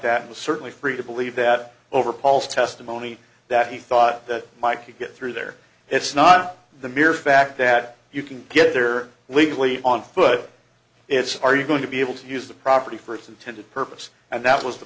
was certainly free to believe that overhauls testimony that he thought that mike to get through there it's not the mere fact that you can get other legally on foot it's are you going to be able to use the property for its intended purpose and that was the